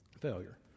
failure